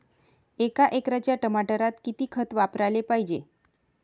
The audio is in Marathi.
एका एकराच्या टमाटरात किती खत वापराले पायजे?